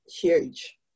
huge